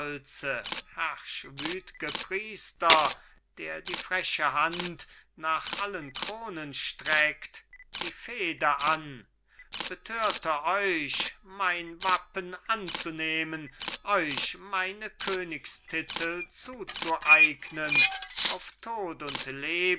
priester der die freche hand nach allen kronen streckt die fehde an betörte euch mein wappen anzunehmen euch meine königstitel zuzueignen auf tod und leben